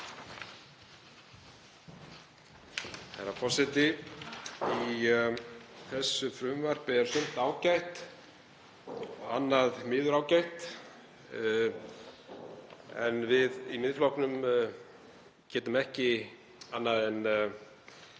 Herra forseti. Í þessu frumvarpi er sumt ágætt, annað miður ágætt. En við í Miðflokknum getum ekki annað en